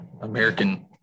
American